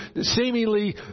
seemingly